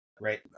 Right